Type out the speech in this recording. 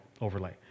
overlay